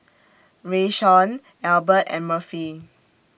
Rayshawn Elbert and Murphy